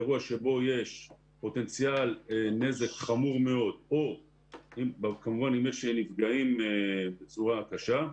אירוע שבו יש פוטנציאל נזק חמור מאוד או כמובן אם יש נפגעים בצורה קשה,